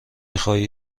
خواید